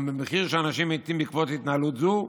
גם במחיר שאנשים מתים בעקבות התנהלות זו,